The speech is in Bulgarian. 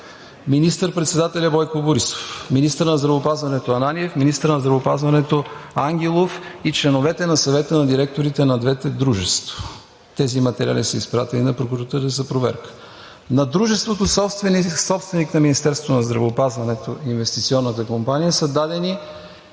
министър председателят Бойко Борисов, министърът на здравеопазването Ананиев, министърът на здравеопазването Ангелов и членовете на Съвета на директорите на двете дружества. Тези материали са изпратени на прокуратурата за проверка. На дружеството собственик на Министерството на здравеопазването – Инвестиционната компания, са дадени